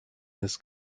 this